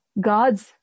God's